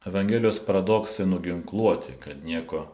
evangelijos paradoksai nuginkluoti kad nieko